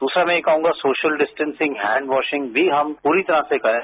दूसरा मैं यह कहूंगा कि सोशल डिस्टैसिंग हैंडवाशिंग भी हम पूरी तरह से करें